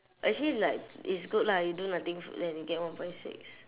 actually like it's good lah you do nothing then you get one point six